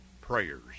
prayers